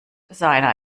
seiner